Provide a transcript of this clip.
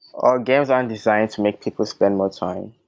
our games aren't designed to make people spend more time.